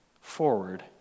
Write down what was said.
forward